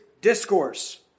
discourse